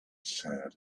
sat